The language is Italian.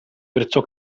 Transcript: perciò